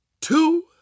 two